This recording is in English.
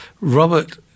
Robert